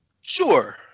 Sure